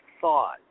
thought